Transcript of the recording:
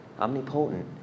omnipotent